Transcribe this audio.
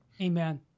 Amen